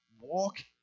walk